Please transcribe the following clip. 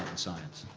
science.